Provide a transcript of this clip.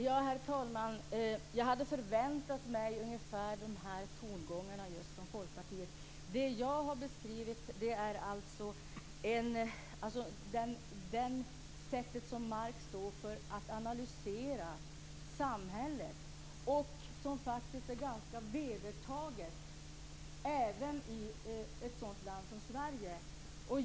Herr talman! Jag hade förväntat ungefär de här tongångarna just från Folkpartiet. Jag beskrev det sätt som Marx står för när det gäller att analysera samhället. Det är faktiskt ganska vedertaget även i ett sådant land som Sverige.